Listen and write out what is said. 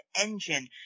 engine